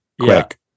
Quick